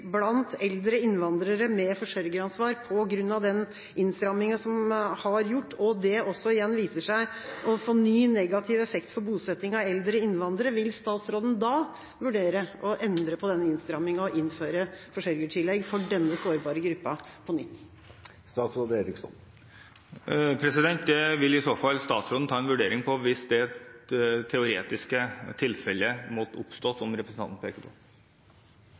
blant eldre innvandrere med forsørgeransvar på grunn av den innstramminga som har vært gjort, og det igjen også viser seg å få ny negativ effekt for bosetting av eldre innvandrere, vil statsråden da vurdere å endre på denne innstramminga og innføre forsørgertillegg for denne sårbare gruppa på nytt? Det vil i så fall statsråden ta en vurdering av hvis det teoretiske tilfellet som representanten peker på,